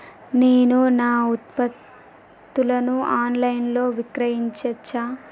నేను నా ఉత్పత్తులను ఆన్ లైన్ లో విక్రయించచ్చా?